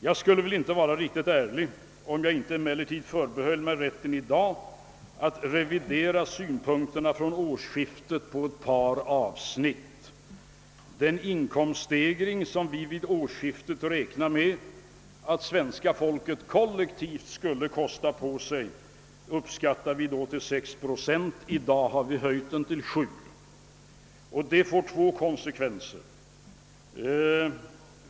Jag skulle därför inte vara riktigt ärlig, om jag inte i dag förbehöll mig rätten att revidera synpunkterna från årsskiftet på ett par avsnitt. Den inkomststegring som vi vid årsskiftet räknade med att svenska folket kollektivt skulle kosta på sig uppskattades då till 6 procent. I dag har vi höjt siffran till 7. Detta får konsekvenser i två avseenden.